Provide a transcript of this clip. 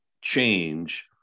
change